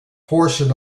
portion